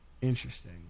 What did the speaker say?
Interesting